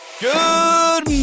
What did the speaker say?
Good